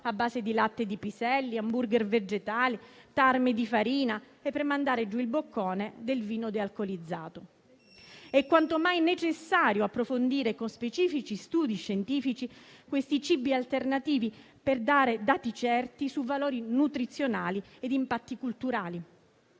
a base di latte di piselli, di hamburger vegetali, di tarme di farina e, per mandare giù il boccone, del vino dealcolizzato. È quanto mai necessario approfondire, con specifici studi scientifici, questi cibi alternativi, per dare dati certi su valori nutrizionali e impatti culturali.